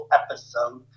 episode